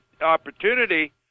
opportunity